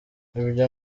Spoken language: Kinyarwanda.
ibyo